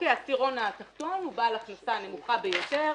העשירון התחתון הוא בעל ההכנסה הנמוכה ביותר,